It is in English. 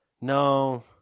No